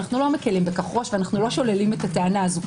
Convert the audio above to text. אנו לא מקלים בכך ראש ולא שוללים את הטענה הזאת.